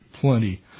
plenty